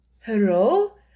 hello